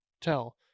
tell